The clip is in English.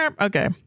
Okay